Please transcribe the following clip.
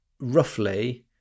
roughly